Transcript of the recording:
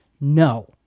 no